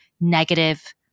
negative